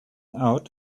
out